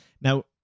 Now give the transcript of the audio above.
now